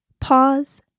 Pause